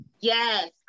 Yes